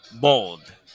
Bold